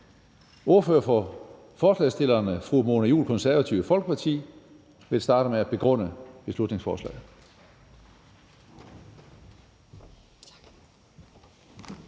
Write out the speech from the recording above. Ordføreren for forslagsstillerne, fru Mona Juul, Det Konservative Folkeparti, vil starte med at begrunde beslutningsforslaget.